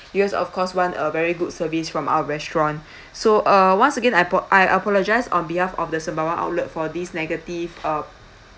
you guys of course want a very good service from our restaurant so uh once again I apo~ I apologise on behalf of the Sembawang outlet for these negative uh